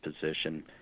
position